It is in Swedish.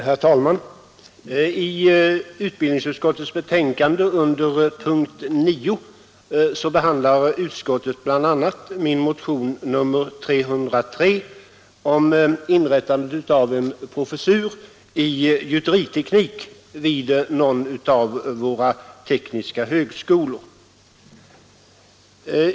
Herr talman! I utbildningsutskottets betänkande behandlar utskottet under punkten 9 bl.a. min motion nr 303 om inrättande av en professur i gjuteriteknik vid någon av våra tekniska högskolor.